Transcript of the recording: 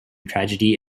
tragedy